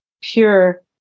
pure